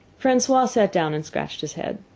francois sat down and scratched his head.